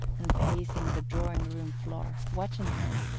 and pacing the drawing-room floor, watch in hand,